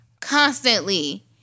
constantly